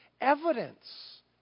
Evidence